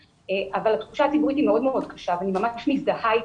אבל התחושה הציבורית היא מאוד מאוד קשה ואני ממש מזדהה אתה.